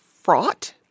fraught